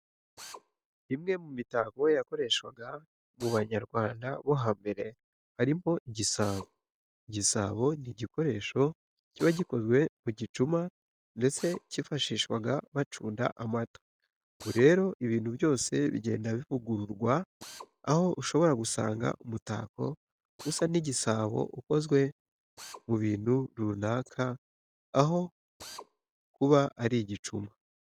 Imwe mu mitako yakoreshwaga mu banyarwanda bo hambere harimo igisabo. Igisabo ni igikoresho kiba gikozwe mu gicuma ndetse kifashishwaga bacunda amata. Ubu rero ibintu byose bigenda bivugururwa aho ushobora gusanga umutako usa n'igisabo ukozwe mu bintu runaka aho kuba ari igicuma.